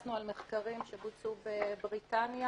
התבססנו על מחקרים שבוצעו בבריטניה